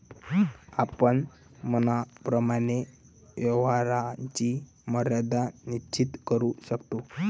आपण मनाप्रमाणे व्यवहाराची मर्यादा निश्चित करू शकतो